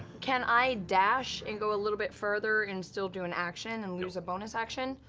can i dash and go a little bit further and still do an action and lose a bonus action?